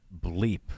bleep